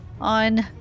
on